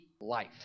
life